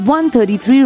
133